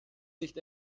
nicht